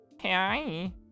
Hi